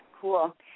Cool